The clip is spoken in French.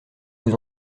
vous